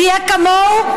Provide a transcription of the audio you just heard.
תהיה כמוהו?